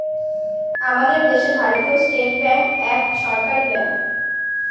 আমাদের দেশে ভারতীয় স্টেট ব্যাঙ্ক এক সরকারি ব্যাঙ্ক